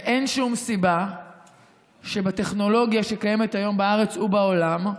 ואין שום סיבה שבטכנולוגיה שקיימת היום בארץ ובעולם,